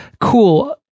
cool